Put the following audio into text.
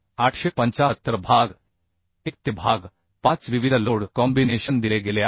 875 भाग 1 ते भाग 5 विविध लोड कॉम्बिनेशन दिले गेले आहेत